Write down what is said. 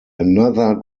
another